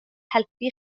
helpu